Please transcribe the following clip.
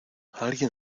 alguien